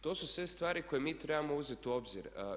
To su sve stvari koje mi trebamo uzeti u obzir.